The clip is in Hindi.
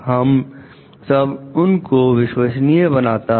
यह सब उन को विश्वसनीय बनाता है